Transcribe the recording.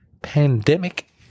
Pandemic